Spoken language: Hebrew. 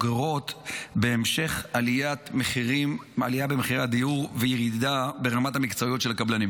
הגוררות בהמשך עלייה במחירי הדיור וירידה ברמה המקצועית של הקבלנים.